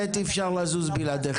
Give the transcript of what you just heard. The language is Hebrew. ב', אי אפשר לזוז בלעדיכם.